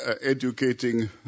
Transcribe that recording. educating